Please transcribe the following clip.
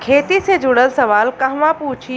खेती से जुड़ल सवाल कहवा पूछी?